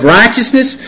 righteousness